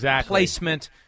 placement